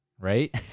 Right